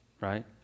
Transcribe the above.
right